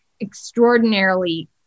extraordinarily